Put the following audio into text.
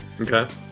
okay